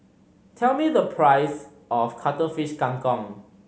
tell me the price of Cuttlefish Kang Kong